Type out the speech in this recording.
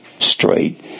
straight